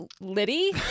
Liddy